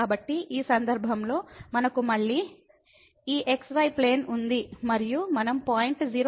కాబట్టి ఈ సందర్భంలో మనకు మళ్ళీ ఈ xy ప్లేన్ ఉంది మరియు మనం పాయింట్ 01 కి చేరుకుంటున్నాము